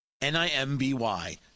N-I-M-B-Y